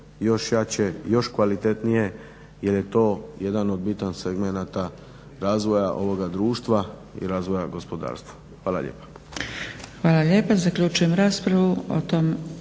još jače, još kvalitetnije jer je to jedan od bitnih segmenata razvoja ovoga društva i razvoja gospodarstva. Hvala lijepa.